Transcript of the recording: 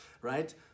right